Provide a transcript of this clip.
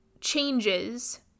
changes